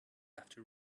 after